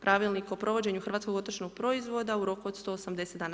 Pravilnik o provođenju hrvatskog otočnog proizvoda, u roku od 180 dana.